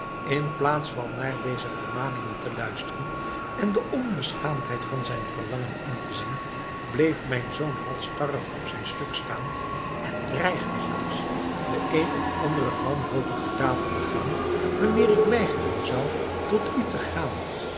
zij inplaats van naar deze vermaningen te luisteren en de onbeschaamdheid van zijn verlangen in te zien bleef mijn zoon halsstarrig op zijn stuk staan en dreigde zelfs de een of andere wanhopige daad te begaan wanneer ik weigeren zou tot u te gaan